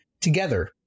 together